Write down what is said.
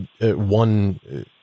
one